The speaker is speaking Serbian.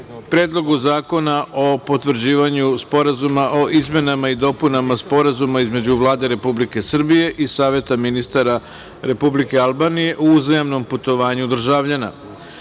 Predlogu zakona o potvrđivanju Sporazuma o izmenama i dopunama Sporazuma između Vlade Republike Srbije i Saveta ministara Republike Albanije o uzajamnom putovanju državljana;